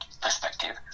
perspective